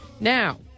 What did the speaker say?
Now